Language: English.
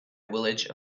village